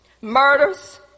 murders